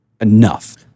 enough